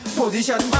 position